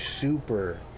super